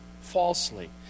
falsely